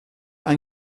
ein